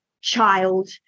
child